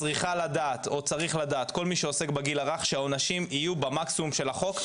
שכל מי שעוסק בגיל הרך צריך לדעת שהעונשים יהיו במקסימום של החוק,